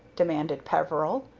demanded peveril.